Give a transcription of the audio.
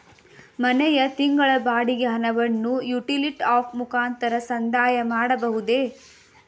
ಮನೆಯ ತಿಂಗಳ ಬಾಡಿಗೆ ಹಣವನ್ನು ಯುಟಿಲಿಟಿ ಆಪ್ ಮುಖಾಂತರ ಸಂದಾಯ ಮಾಡಬಹುದೇ?